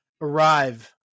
Arrive